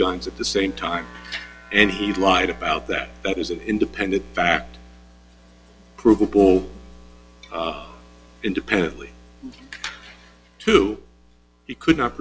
guns at the same time and he lied about that that was an independent fact provable independently to he could not